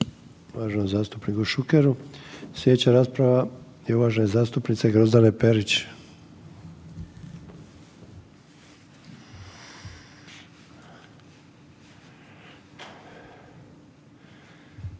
uvaženom zastupniku Šukeru. Sljedeća rasprava je uvažene zastupnice Grozdane Perić.